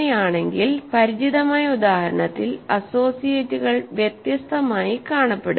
അങ്ങിനെയാണെങ്കിൽ പരിചിതമായ ഉദാഹരണത്തിൽ അസ്സോസിയേറ്റുകൾ വ്യത്യസ്തമായി കാണപ്പെടും